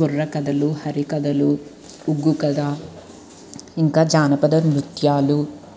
బుర్రకథలు హరికథలు ఒగ్గు కథ ఇంకా జానపద నృత్యాలు